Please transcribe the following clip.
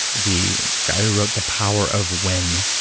the guy who wrote the power of when,